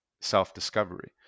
self-discovery